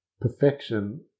perfection